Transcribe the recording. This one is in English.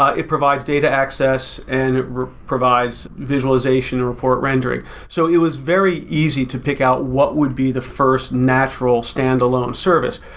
ah it provides data access and it provides visualization and report rendering. so it was very easy to pick out what would be the first natural standalone service.